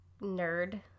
nerd